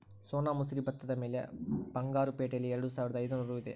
ಸೋನಾ ಮಸೂರಿ ಭತ್ತದ ಬೆಲೆ ಬಂಗಾರು ಪೇಟೆಯಲ್ಲಿ ಎರೆದುಸಾವಿರದ ಐದುನೂರು ಇದೆ